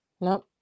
no